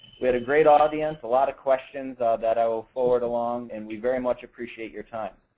we had a great audience, a lot of questions that i will forward along, and we very much appreciate your time.